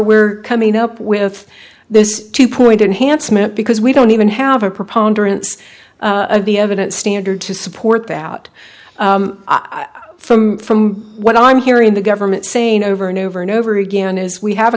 we're coming up with this two point enhanced moment because we don't even have a preponderance of the evidence standard to support that out from from what i'm hearing the government saying over and over and over again is we have a